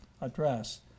address